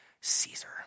Caesar